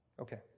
Okay